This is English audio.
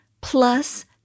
plus